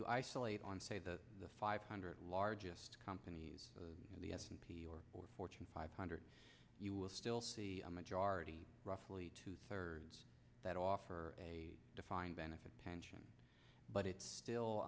you isolate on say the the five hundred largest companies in the s and p or four fortune five hundred you will still see majority roughly two thirds that offer a defined benefit pension but it's still